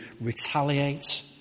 retaliate